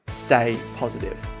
stay positive.